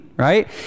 right